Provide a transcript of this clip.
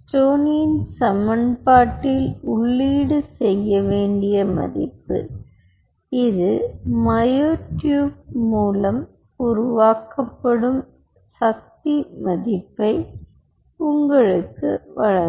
ஸ்டோனியின் stoney's சமன்பாட்டில் உள்ளீடு செய்ய வேண்டிய மதிப்பு இது மையோ டியூப் மூலம் உருவாக்கப்படும் சக்தி மதிப்பை உங்களுக்கு வழங்கும்